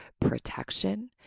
protection